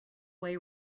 way